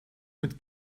mit